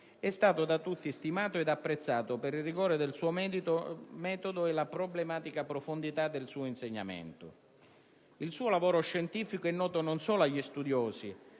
è stato da tutti stimato ed apprezzato per il rigore del suo metodo e la problematica profondità del suo insegnamento. Il suo lavoro scientifico è noto non solo agli studiosi,